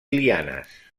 lianes